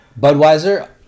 Budweiser